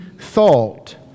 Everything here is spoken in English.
thought